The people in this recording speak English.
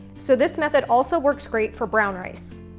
so this method also works great for brown rice.